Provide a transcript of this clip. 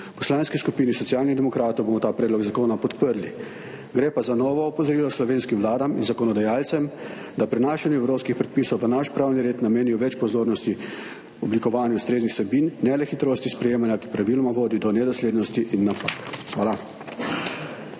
Poslanski skupini Socialnih demokratov bomo ta predlog zakona podprli. Gre pa za novo opozorilo slovenskim vladam in zakonodajalcem, da pri prenašanju evropskih predpisov v naš pravni red namenijo več pozornosti oblikovanju ustreznih vsebin, ne le hitrosti sprejemanja, ki praviloma vodi do nedoslednosti in napak. Hvala.